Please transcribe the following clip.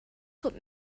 what